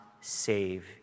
save